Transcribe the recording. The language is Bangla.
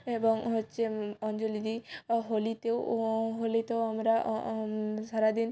এবং হচ্ছে অঞ্জলি দিই হলিতেও হলিতেও আমরা সারা দিন